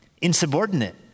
insubordinate